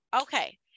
Okay